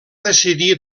decidir